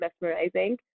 mesmerizing